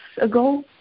ago